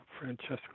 Francesco